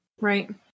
Right